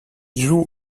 joue